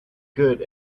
good